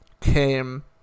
came